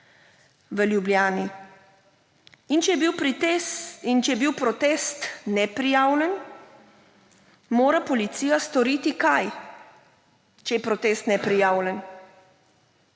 v Ljubljani. In če je bil protest neprijavljen, mora policija storiti – kaj? Če je protest neprijavljen,